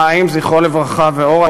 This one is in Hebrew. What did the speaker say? חיים ז"ל ואורה,